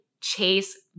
chase